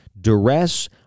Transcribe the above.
duress